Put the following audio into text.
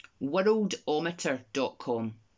worldometer.com